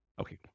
Okay